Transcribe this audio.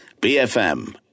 BFM